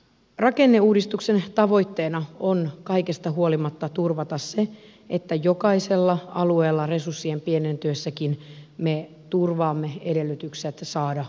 rakenneuudistuksen tavoitteena on kaikesta huolimatta turvata se että jokaisella alueella resurssien pienentyessäkin me turvaamme edellytykset saada koulutusta